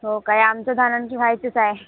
हो काय आमचं धान आणखी व्हायचंच आहे